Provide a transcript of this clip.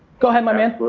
go ahead, my man.